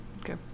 Okay